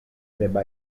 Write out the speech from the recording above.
debba